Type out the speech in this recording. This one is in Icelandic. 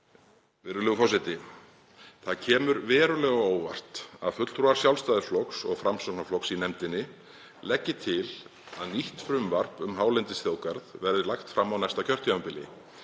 Virðulegur forseti. Það kemur verulega á óvart að fulltrúar Sjálfstæðisflokks og Framsóknarflokks í nefndinni leggi til að nýtt frumvarp um hálendisþjóðgarð verði lagt fram á næsta kjörtímabili,